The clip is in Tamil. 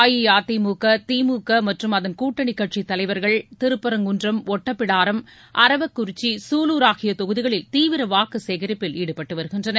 அஇஅதிமுக திமுக மற்றும் அதன் கூட்டணிக் கட்சித் தலைவர்கள் திருப்பரங்குன்றம் ஒட்டப்பிடாரம் அரவக்குறிச்சி சசூலூர் ஆகிய தொகுதிகளில் தீவிர வாக்கு சேகரிப்பில் ஈடுபட்டு வருகின்றனர்